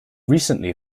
recently